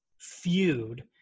feud